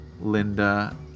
Linda